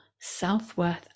self-worth